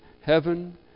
heaven